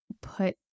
put